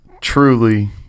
truly